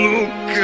Look